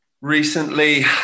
recently